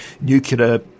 nuclear